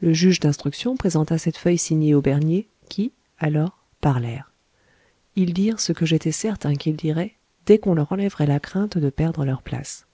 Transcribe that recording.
le juge d'instruction présenta cette feuille signée aux bernier qui alors parlèrent ils dirent ce que j'étais certain qu'ils diraient dès qu'on leur enlèverait la crainte de perdre leur place